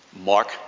Mark